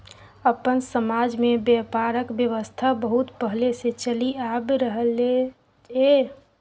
अपन समाज में ब्यापारक व्यवस्था बहुत पहले से चलि आइब रहले ये